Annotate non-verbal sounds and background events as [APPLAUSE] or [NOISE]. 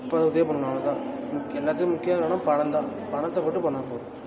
[UNINTELLIGIBLE] உதவி பண்ணணும் அவ்வளோ தான் முக் எல்லாத்துக்கும் முக்கியம் என்னென்னால் பணம்தான் பணத்தை போட்டு பண்ணிணா போதும்